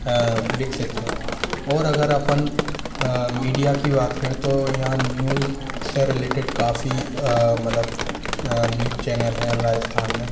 विकसित हैं और अगर अपन मीडिया की बात करें तो यहाँ न्यूज़ से रिलेटेड काफ़ी मतलब न्यूज़ चैनल हैं राजस्थान में